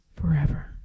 forever